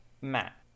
Matt